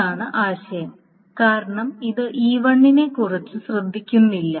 അതാണ് ആശയം കാരണം ഇത് E1 നെക്കുറിച്ച് ശ്രദ്ധിക്കുന്നില്ല